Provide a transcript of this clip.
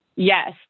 Yes